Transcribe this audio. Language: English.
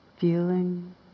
feeling